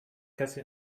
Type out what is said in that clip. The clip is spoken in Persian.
کسی